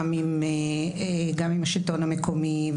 גם עם השלטון המקומי,